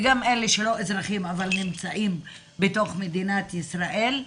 וגם אלה שלא אזרחים אבל נמצאים בתוך מדינת ישראל,